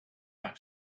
back